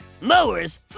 mowers